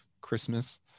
Christmas